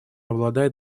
обладает